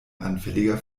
anfälliger